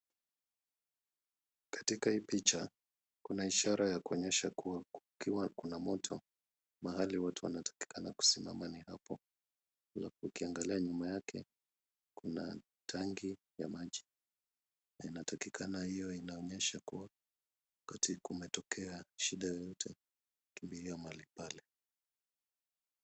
Katika hii picha kuna ishara ya kuonyesha kuwa kukiwa kuna moto mahali watu wanatakikana kusimama ni hapo, ukiangalia nyuma yake kuna tanki ya maji na inatakikana iwe inaonyesha kuwa wakati kumetokea shida yoyote kukimbilia mahali pale.